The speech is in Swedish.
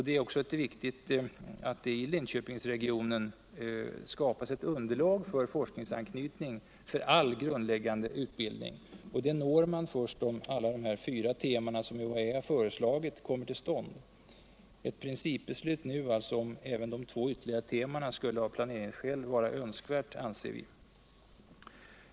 Det är viktigt att det i Linköpingsregionen skapas ett underlag för forskningsanknytning för all grundläggande utbildning. Detta når man först om alla de fyra teman som UHÄ föreslagit kommer till stånd. Ett principbeslut nu om även de två ytterligare temana skulle av planeringsskäl vara önskvärt.